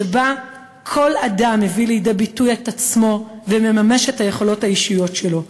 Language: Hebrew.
שבה כל אדם מביא לידי ביטוי את עצמו ומממש את היכולות האישיות שלו,